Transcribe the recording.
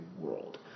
world